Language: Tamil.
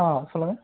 ஆ சொல்லுங்கள்